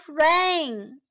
rain